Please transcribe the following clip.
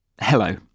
Hello